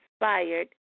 inspired